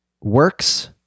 Works